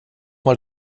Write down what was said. mal